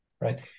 right